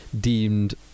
deemed